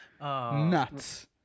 Nuts